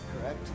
correct